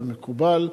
זה מקובל.